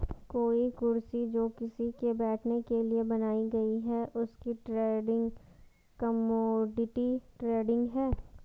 कोई कुर्सी जो किसी के बैठने के लिए बनाई गयी है उसकी ट्रेडिंग कमोडिटी ट्रेडिंग है